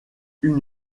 une